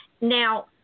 Now